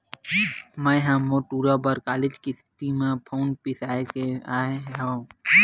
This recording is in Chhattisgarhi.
मैय ह मोर टूरा बर कालीच किस्ती म फउन बिसाय के आय हँव